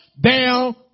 Down